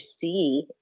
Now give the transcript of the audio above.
see